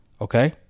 Okay